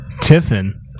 Tiffin